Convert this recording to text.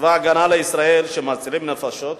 צבא-הגנה לישראל, מצילים נפשות,